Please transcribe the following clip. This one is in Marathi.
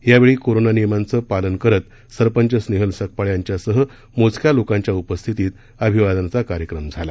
या वेळी कोरोना नियमांचं पालन करत सरपंच स्नेहल सकपाळ यांच्यासह मोजक्या लोकांच्या उपस्थितीत अभिवादनाचा कार्यक्रम झाला